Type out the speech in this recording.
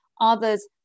Others